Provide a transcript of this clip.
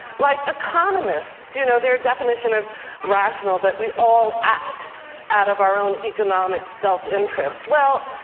like economists, you know, their definition of rational, that we all act out of our own economic self-interest. well,